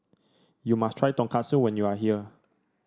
you must try Tonkatsu when you are here